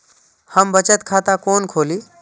हम बचत खाता कोन खोली?